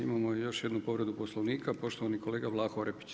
Imamo još jednu povredu Poslovnika poštovani kolega Vlaho Orepić.